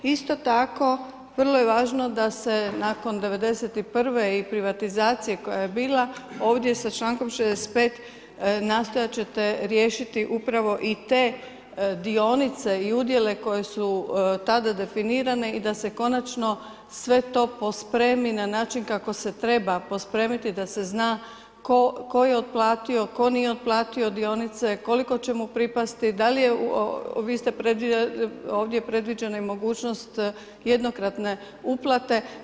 Isto tako, vrlo je važno da se nakon ’91. i privatizacije koja je bila ovdje sa člankom 65. nastojat ćete riješiti upravo i te dionice i udjele koje su tada definirane i da se konačno sve to pospremi na način kako se treba pospremiti da se zna tko je otplatio, tko nije otplatio dionice, koliko će mu pripasti, da li je, vi ste ovdje je i predviđena mogućnost jednokratne uplate.